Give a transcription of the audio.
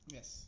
Yes